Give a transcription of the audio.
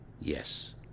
Yes